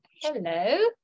hello